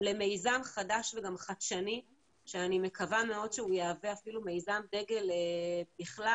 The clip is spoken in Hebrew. למיזם חדש וגם חדשני שאני מקווה מאוד שהוא יהווה אפילו מיזם דגל בכלל.